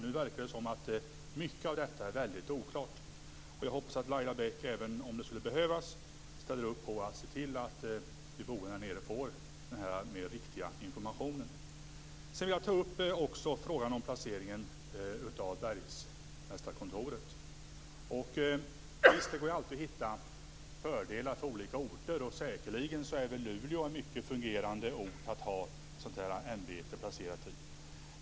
Det verkar som om mycket nu är oklart. Jag hoppas att Laila Bäck, om det skulle behövas, ställer upp på att se till att de boende där nere får denna, mer riktiga information. Jag vill också fråga Laila Bäck om placeringen av bergmästarkontoret. Det går alltid att hitta fördelar med olika orter. Luleå är säkerligen en ort där det fungerar mycket bra att ha ett sådant här ämbete placerat.